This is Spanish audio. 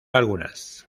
algunas